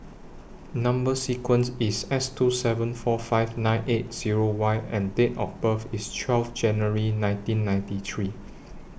Number sequence IS S two seven four five nine eight Zero Y and Date of birth IS twelve January nineteen ninety three